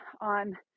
on